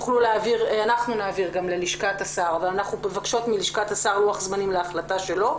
אנחנו מבקשים מלשכת השר לוח זמנים להחליטה שלו.